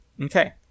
Okay